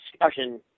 discussion